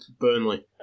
Burnley